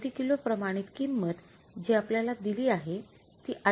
प्रति किलो प्रमाणित किंमत जी आपल्याला दिली आहे ती २